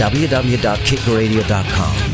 www.kickradio.com